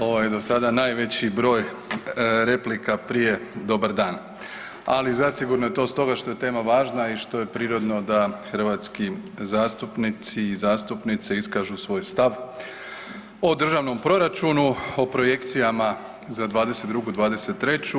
Ovo je do sada najveći broj replika prije dobar dan, ali zasigurno je to stoga što je tema važna i što je prirodno da hrvatski zastupnici i zastupnice iskažu svoj stav o državnom proračunu, o projekcijama za '22. i '23.